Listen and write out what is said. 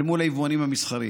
אל מול יתר היבואנים המסחריים.